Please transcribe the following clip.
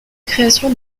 création